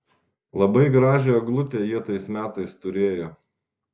labai gražią eglutę jie tais metais turėjo